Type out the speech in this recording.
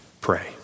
Pray